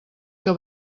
que